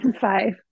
Five